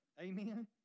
Amen